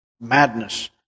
madness